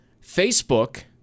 Facebook